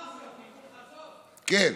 עזוב,